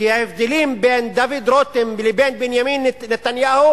כי ההבדלים בין דוד רותם לבין בנימין נתניהו